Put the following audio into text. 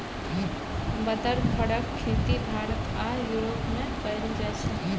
बदर फरक खेती भारत आ युरोप मे कएल जाइ छै